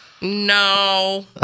No